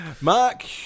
Mark